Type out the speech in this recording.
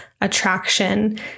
attraction